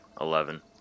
Eleven